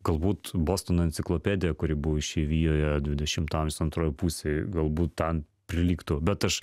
galbūt bostono enciklopedija kuri buvo išeivijoje dvidešimto amžiaus antroj pusėj galbūt ten prilygtų bet aš